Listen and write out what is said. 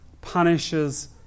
punishes